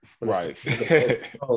right